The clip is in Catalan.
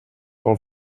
pel